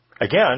Again